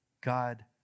God